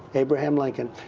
abraham lincoln.